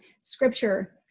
scripture